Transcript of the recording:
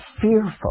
fearful